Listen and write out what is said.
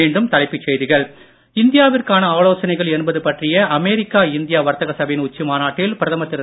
மீண்டும் தலைப்புச் செய்திகள் இந்தியாவிற்கான ஆலோசனைகள் என்பது பற்றிய அமெரிக்கா இந்தியா வர்த்தக சபையின் உச்சி மாநாட்டில் பிரதமர் திரு